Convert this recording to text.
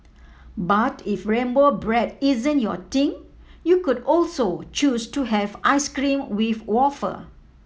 but if rainbow bread isn't your thing you could also choose to have ice cream with wafer